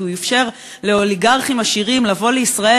כי הוא אפשר לאוליגרכים עשירים לבוא לישראל